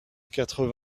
quatre